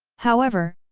however,